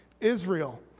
Israel